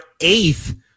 eighth